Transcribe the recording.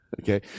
Okay